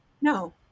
no